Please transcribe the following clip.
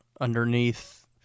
Underneath